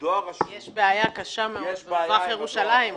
יש בעיה גדולה מאוד במזרח ירושלים,